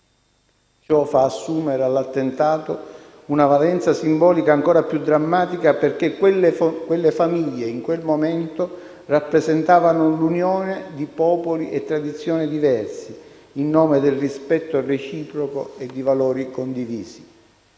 Ciò fa assumere all'attentato una valenza simbolica ancora più drammatica perché quelle famiglie, in quel momento, rappresentavano l'unione di popoli e tradizioni diversi, in nome del rispetto reciproco e dei valori condivisi.